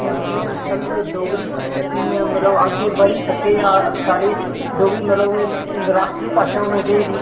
जि'यां समझी लैओ डोगरी म मतलब अग्गें बधी सकै जां साढ़ी डोगरी मतलब कि राश्ट्री भाशा होनी चाहिदी